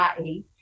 IE